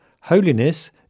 holiness